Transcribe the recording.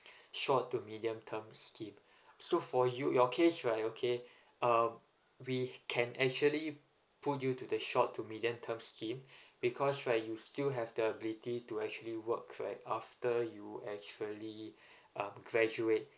short to medium term scheme so for you your case right okay um we can actually put you to the short to medium term scheme because right you still have the ability to actually work right after you actually um graduate